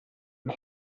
and